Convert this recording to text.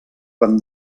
quan